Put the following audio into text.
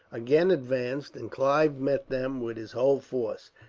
again advanced and clive met them with his whole force.